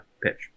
pitch